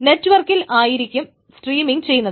net വർക്കിൽ ആയിരിക്കും streaming ചെയ്യുന്നത്